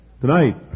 tonight